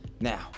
Now